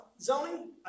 zoning